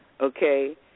okay